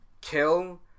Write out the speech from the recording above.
kill